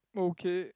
okay